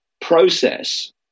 process